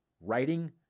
writing